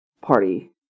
party